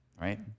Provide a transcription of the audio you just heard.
right